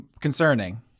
concerning